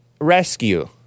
Rescue